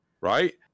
right